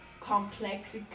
complex